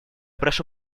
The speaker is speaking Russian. прошу